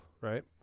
right